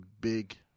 big